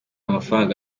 amafaranga